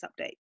update